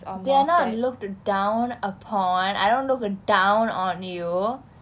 they are not looked down upon I don't look down on you